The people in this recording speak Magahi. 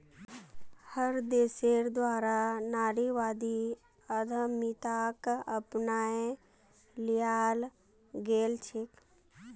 हर देशेर द्वारा नारीवादी उद्यमिताक अपनाए लियाल गेलछेक